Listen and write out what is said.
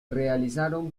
realizaron